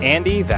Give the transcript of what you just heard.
Andy